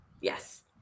yes